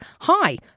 Hi